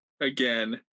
again